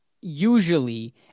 usually